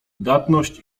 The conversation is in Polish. udatność